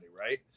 right